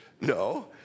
no